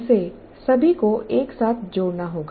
इसे सभी को एक साथ जोड़ना होगा